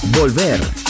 Volver